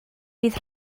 bydd